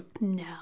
No